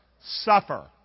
Suffer